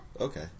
Okay